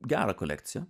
gerą kolekciją